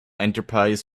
enterprise